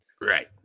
Right